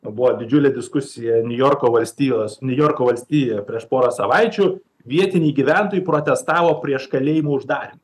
buvo didžiulė diskusija niujorko valstijos niujorko valstijoj prieš porą savaičių vietiniai gyventojai protestavo prieš kalėjimo uždarym